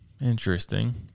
interesting